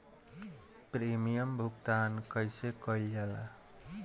Premium भुगतान कइसे कइल जाला?